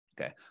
Okay